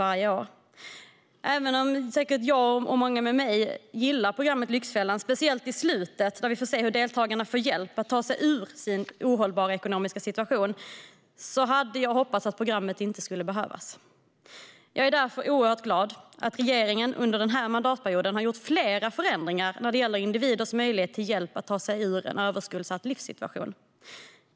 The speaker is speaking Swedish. Även om jag och säkert många med mig gillar programmet Lyxfällan , speciellt i slutet där vi får se hur deltagarna får hjälp att ta sig ur sin ohållbara ekonomiska situation, hade jag hoppats att programmet inte skulle behövas. Jag är därför oerhört glad att regeringen under den här mandatperioden har gjort flera förändringar när det gäller individers möjlighet till hjälp att ta sig ur en överskuldsatt livssituation.